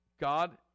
God